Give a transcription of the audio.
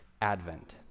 Advent